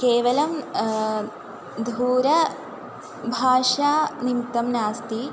केवलं दूरभाषा निमित्तं नास्ति